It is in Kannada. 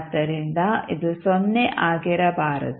ಆದ್ದರಿಂದ ಇದು 0 ಆಗಿರಬಾರದು